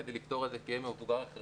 כדי לפתור את זה צריך מבוגר אחראי,